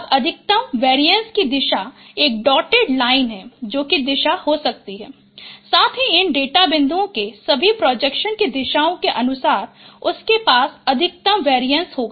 अब अधिकतम वेरिएन्स की दिशा एक डॉटेड लाइन है जो कि दिशा हो सकती है साथ ही इन डेटा बिंदुओं के सभी प्रोजेक्शन की दिशाओं के अनुसार उनके पास अधिकतम वेरिएन्स होगा